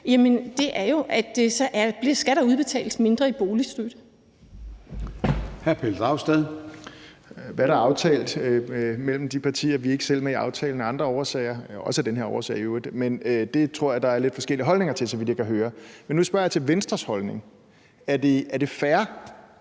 Pelle Dragsted. Kl. 14:15 Pelle Dragsted (EL): Hvad der er aftalt mellem de partier – vi er ikke selv med i aftalen af andre årsager; også af den her årsag i øvrigt – er der lidt forskellige holdninger til, så vidt jeg kan høre. Men nu spørger jeg til Venstres holdning. Er det fair,